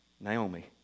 Naomi